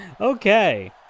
Okay